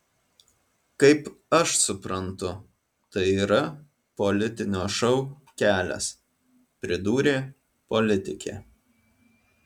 kaip aš suprantu tai yra politinio šou kelias pridūrė politikė